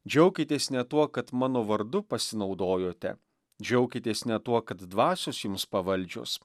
džiaukitės ne tuo kad mano vardu pasinaudojote džiaukitės ne tuo kad dvasios jums pavaldžios